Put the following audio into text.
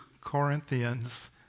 Corinthians